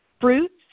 fruits